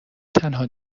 تنها